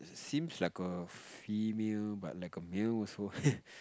seems like a female but like a male also [heh]